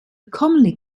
commonly